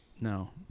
No